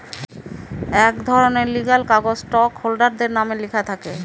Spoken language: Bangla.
এক ধরনের লিগ্যাল কাগজ স্টক হোল্ডারদের নামে লেখা থাকে